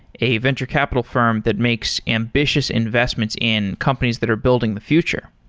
a venture capital firm that makes ambitious investments in companies that are building the future.